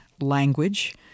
language